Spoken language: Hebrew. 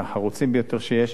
מהחרוצים ביותר שיש,